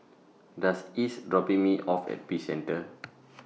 Doss IS dropping Me off At Peace Centre